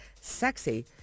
sexy